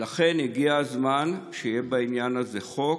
לכן, הגיע הזמן שיהיה בעניין הזה חוק.